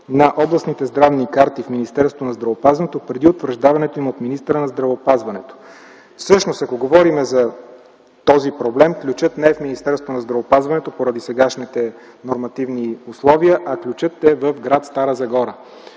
на областните здравни карти в Министерството на здравеопазването преди утвърждаването им министъра на здравеопазването. Всъщност, ако говорим за този проблем, ключът не е в Министерството на здравеопазването поради сегашните нормативни условия, а ключът е в гр. Стара Загора.